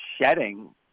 shedding